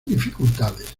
dificultades